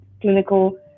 Clinical